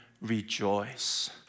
rejoice